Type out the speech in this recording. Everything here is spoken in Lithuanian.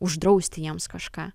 uždrausti jiems kažką